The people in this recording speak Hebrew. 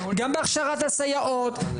בהכשרת הסייעות,